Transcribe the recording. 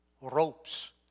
ropes